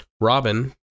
robin